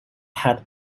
had